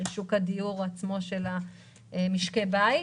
שוק הדיור של משקי הבית,